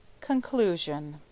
Conclusion